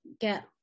get